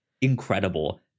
incredible